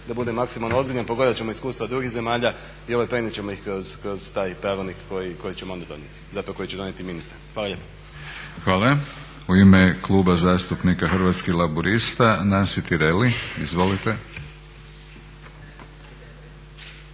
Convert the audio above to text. da bude maksimalno ozbiljno pogledat ćemo iskustva drugih zemalja i prenijet ćemo ih kroz taj pravilnik koji ćemo onda donijeti, zapravo koji će donijeti ministar. Hvala lijepa. **Batinić, Milorad (HNS)** Hvala. U ime Kluba zastupnika Hrvatskih laburista Nansi Tireli. Izvolite.